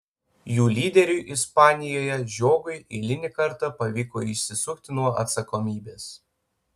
jų lyderiui ispanijoje žiogui eilinį kartą pavyko išsisukti nuo atsakomybės